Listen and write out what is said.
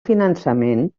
finançament